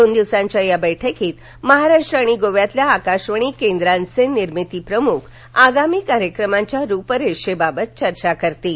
दोन दिवसांच्या या बैठकीत महाराष्ट्र आणि गोव्यातील आकाशवाणी केंद्रांचे निर्मिती प्रमुख आगामी कार्यक्रमांच्या रुपरेषेबाबत चर्चा करतील